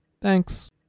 Thanks